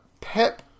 Pep